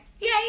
yay